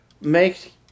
make